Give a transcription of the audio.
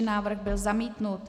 Návrh byl zamítnut.